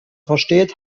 versteht